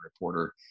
reporter